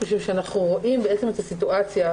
משום שאנחנו רואים את הסיטואציה,